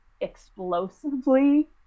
explosively